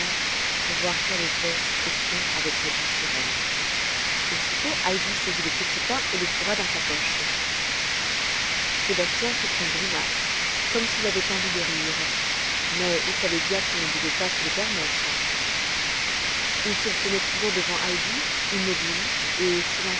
pour voir quel effet cette question avait produit sur elle aussitôt heidi saisit le petit pain et le fourra dans sa poche sébastien fit une grimace comme s'il avait envie de rire mais il savait bien qu'il ne devait pas se le permettre il se tenait toujours devant heidi immobile et